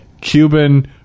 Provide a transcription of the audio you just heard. Cuban